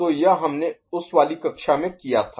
तो यह हमने उस वाली कक्षा में किया था